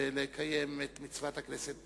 ולקיים את מצוות הכנסת.